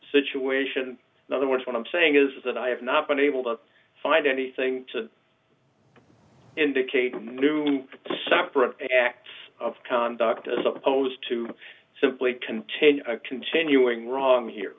situation in other words what i'm saying is that i have not been able to find anything to indicate a new separate acts of conduct as opposed to simply continue continuing wrong here